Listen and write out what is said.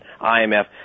IMF